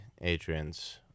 Adrian's